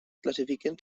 classifiquen